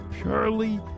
purely